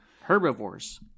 herbivores